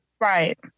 Right